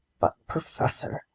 but professor,